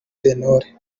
sentore